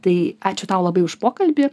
tai ačiū tau labai už pokalbį